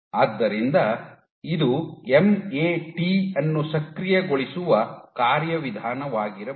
ಆದ್ದರಿಂದ ಇದು ಎಂಎಟಿ ಅನ್ನು ಸಕ್ರಿಯಗೊಳಿಸುವ ಕಾರ್ಯವಿಧಾನವಾಗಿರಬಹುದು